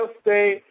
State